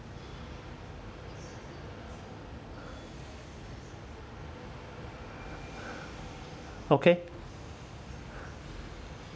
okay